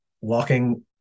walking